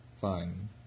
fun